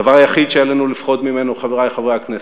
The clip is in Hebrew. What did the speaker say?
הדבר היחיד שעלינו לפחוד ממנו, חברי חברי הכנסת,